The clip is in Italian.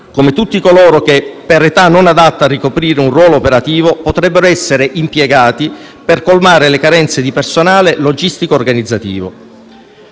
come tutti coloro che, per età non adatta a ricoprire un ruolo operativo, potrebbero essere impiegati per colmare le carenze di personale logistico organizzativo.